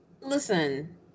listen